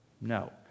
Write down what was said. no